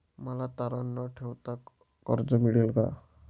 मला तारण न ठेवता कर्ज मिळेल का?